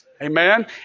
Amen